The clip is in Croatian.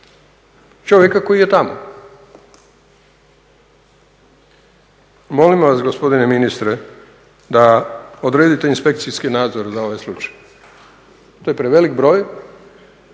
čovjeka koji je tamo. Molimo vas gospodine ministre da odredite inspekcijski nadzor za ovaj slučaj. To je prevelik broj